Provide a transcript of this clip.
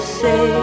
say